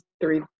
three